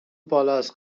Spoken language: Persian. بالاست